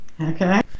Okay